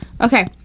Okay